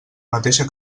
mateixa